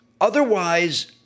Otherwise